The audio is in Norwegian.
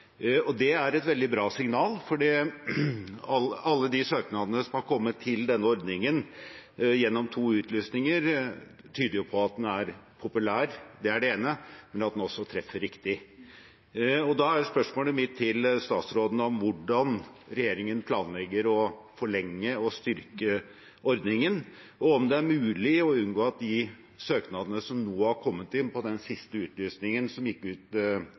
styrkes. Det er et veldig bra signal, for alle de søknadene som har kommet til denne ordningen, gjennom to utlysninger, tyder jo på at den er populær – det er det ene – og at den også treffer riktig. Da er spørsmålet mitt til statsråden hvordan regjeringen planlegger å forlenge og styrke ordningen, og om det er mulig å unngå at de søknadene som nå har kommet inn på den siste utlysningen med frist i januar, blir avkortet, for de overstiger jo rammen som